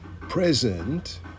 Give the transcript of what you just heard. present